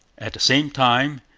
at the same time,